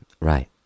Right